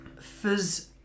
Fizz